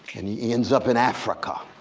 and he ends up in africa.